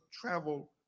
travel